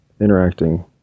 interacting